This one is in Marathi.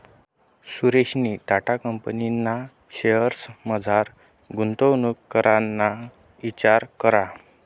सुरेशनी टाटा कंपनीना शेअर्समझार गुंतवणूक कराना इचार करा